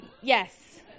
Yes